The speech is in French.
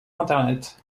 internet